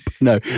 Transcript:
No